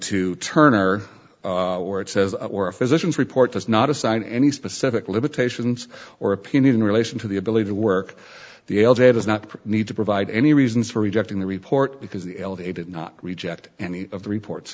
to turner where it says or a physicians report does not assign any specific limitations or opinion in relation to the ability to work the l j does not need to provide any reasons for rejecting the report because the elevated not reject any of the report